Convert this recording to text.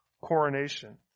coronation